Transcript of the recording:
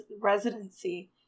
residency